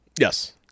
Yes